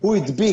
הוא הדביק